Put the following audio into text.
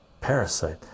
parasite